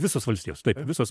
visos valstijos taip visos